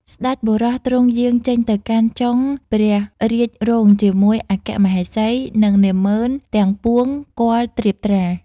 ស្តេចបុរសទ្រង់យាងចេញទៅកាន់ចុងព្រះរាជរោងជាមួយអគ្គមហេសី និងនាហ្មឺនទាំងពួងគាល់ត្រៀបត្រា។